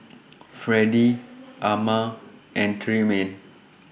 Fredie Ama and Tremaine